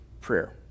prayer